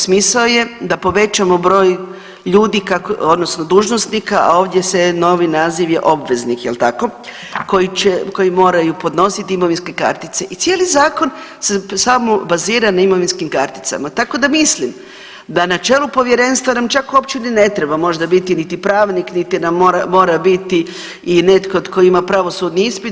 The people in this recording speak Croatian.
Smisao je da povećamo broj ljudi odnosno dužnosnika, a ovdje se novi naziv je obveznik jel tako, koji moraju podnositi imovinske kartice i cijeli zakon se samo bazira na imovinskim karticama, tako da mislim da na čelu povjerenstva nam čak uopće ni ne treba možda biti niti pravnik niti nam mora biti netko tko ima pravosudni ispit.